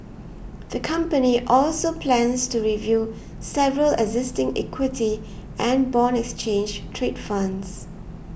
the company also plans to review several existing equity and bond exchange trade funds